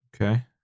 Okay